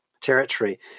territory